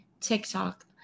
TikTok